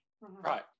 Right